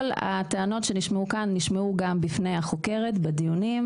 כל הטענות שנשמעו כאן נשמעו גם בפני החוקרת בדיונים